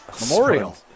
Memorial